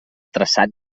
traçat